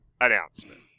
announcements